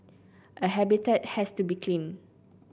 a habitat has to be clean